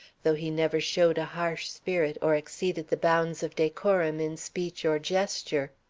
though he never showed a harsh spirit or exceeded the bounds of decorum in speech or gesture.